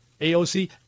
AOC